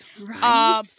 Right